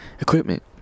equipment